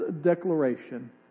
declaration